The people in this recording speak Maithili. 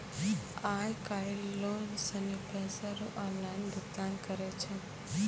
आय काइल लोग सनी पैसा रो ऑनलाइन भुगतान करै छै